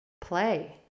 play